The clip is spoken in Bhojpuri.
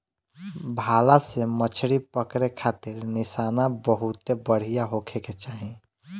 भाला से मछरी पकड़े खारित निशाना बहुते बढ़िया होखे के चाही